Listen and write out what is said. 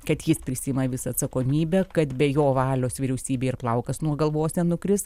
kad jis prisiima visą atsakomybę kad be jo valios vyriausybėj ir plaukas nuo galvos nenukris